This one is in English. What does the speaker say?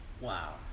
Wow